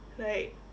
like